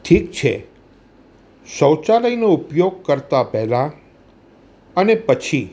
ઠીક છે શૌચાલયનો ઉપયોગ કરતા પહેલાં અને પછી